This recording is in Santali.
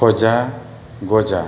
ᱠᱷᱚᱡᱟ ᱜᱚᱡᱟ